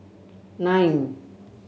nine